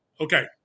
Okay